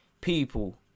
People